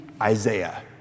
Isaiah